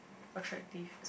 attractive